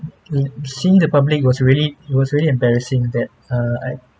in seeing the public was really it was really embarrassing that uh I